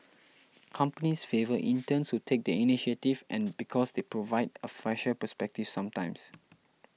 companies favour interns who take the initiative and because they provide a fresher perspective sometimes